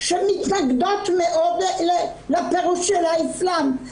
שמתנגדות מאוד לפירוש של האסלאם.